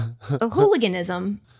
hooliganism